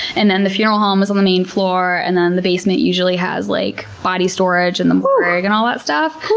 and then the funeral home is on the main floor. and then the basement usually has like body storage, and the morgue, and all that stuff.